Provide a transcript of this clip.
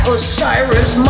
Osiris